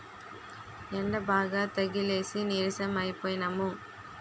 యెండబాగా తగిలేసి నీరసం అయిపోనము